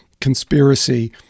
conspiracy